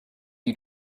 you